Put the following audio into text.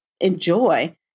enjoy